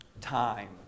time